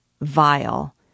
vile